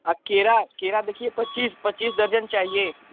और केला केला देखिये पच्चीस पच्चीस दर्जन चाहिये